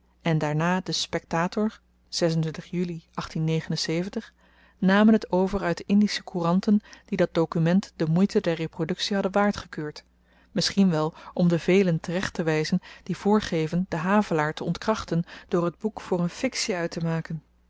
en daarna de spectator juli namen t over uit de indische couranten die dat dokument de moeite der reproduktie hadden waard gekeurd misschien wel om de velen terecht te wyzen die voorgeven den havelaar te ontkrachten door t boek voor n fiktie uittemaken